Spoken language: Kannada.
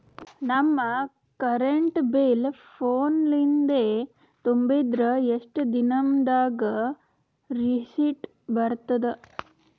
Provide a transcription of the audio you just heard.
ನಮ್ ಕರೆಂಟ್ ಬಿಲ್ ಫೋನ ಲಿಂದೇ ತುಂಬಿದ್ರ, ಎಷ್ಟ ದಿ ನಮ್ ದಾಗ ರಿಸಿಟ ಬರತದ?